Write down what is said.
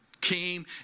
came